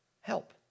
help